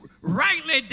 rightly